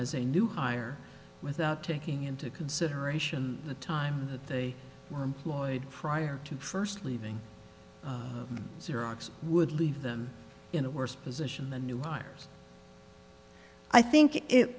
as a new hire without taking into consideration the time they were employed prior to first leaving xerox would leave them in a worse position the new hires i think it